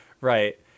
Right